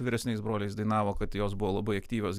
vyresniais broliais dainavo kad jos buvo labai aktyvios